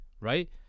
right